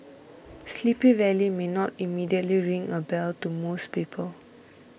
Sleepy Valley may not immediately ring a bell to most people